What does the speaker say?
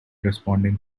responding